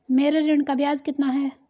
मेरे ऋण का ब्याज कितना है?